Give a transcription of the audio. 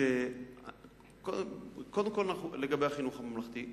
קודם כול לגבי החינוך הממלכתי,